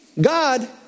God